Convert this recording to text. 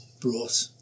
brought